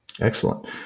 Excellent